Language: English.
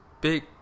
big